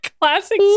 classic